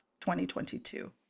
2022